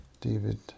David